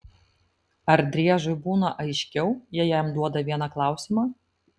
ar driežui būna aiškiau jei jam duoda vieną klausimą